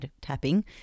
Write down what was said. tapping